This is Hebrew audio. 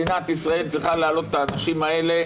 מדינת ישראל צריכה להעלות את האנשים האלה